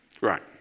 Right